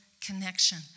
connection